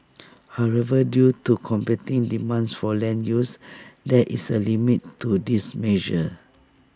however due to competing demands for land use there is A limit to this measure